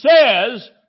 says